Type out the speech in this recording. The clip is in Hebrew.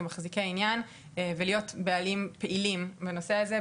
כמחזיקי עניין ולהיות בעלים פעילים בנושא הזה,